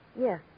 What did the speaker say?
Yes